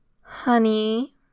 Honey